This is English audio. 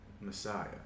Messiah